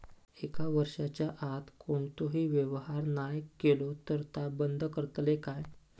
एक वर्षाच्या आत कोणतोही व्यवहार नाय केलो तर ता बंद करतले काय?